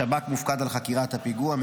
השב"כ מופקד על חקירת הפיגוע,